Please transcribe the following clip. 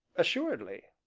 assuredly.